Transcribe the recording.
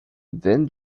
then